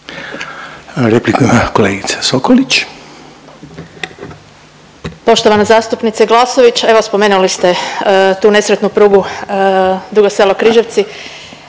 Tanja (SDP)** Poštovana zastupnice Glasović. Evo spomenuli ste tu nesretnu prugu Dugo Selo-Križevci,